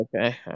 okay